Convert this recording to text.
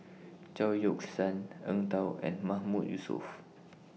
Chao Yoke San Eng Tow and Mahmood Yusof